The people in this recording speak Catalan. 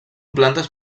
plantes